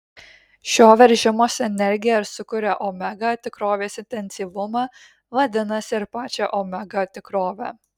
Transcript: šio veržimosi energija ir sukuria omega tikrovės intensyvumą vadinasi ir pačią omega tikrovę